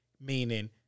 meaning